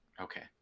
Okay